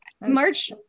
March